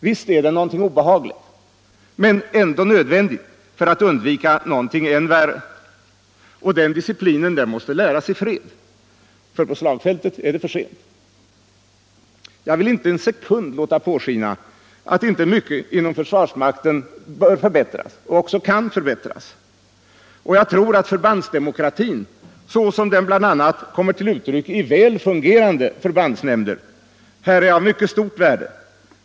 Visst är det obehagligt men ändå nödvändigt för att undvika något än värre. Och den disciplinen måste läras i fred. På slagfältet är det för sent. Jag vill inte för en sekund låta påskina att inte mycket inom försvarsmakten bör förbättras och även kan förbättras. Jag tror att förbandsdemokratin, såsom den bl.a. kommer till uttryck i väl fungerande förbandsnämnder, här är av mycket stort värde.